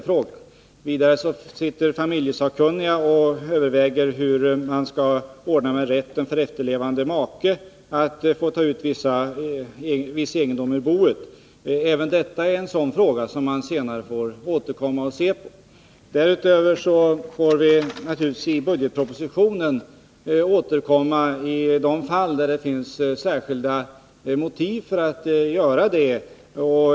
Vidare undersöker familjesakkunniga hur man skall förfara med rätten för efterlevande make att få ta ut viss egendom ur boet. Även detta är en sådan fråga som man längre fram får återkomma till. Därutöver får vi naturligtvis i budgetpropositionen återkomma till den här frågan i de fall där det finns särskilda motiv för det.